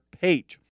page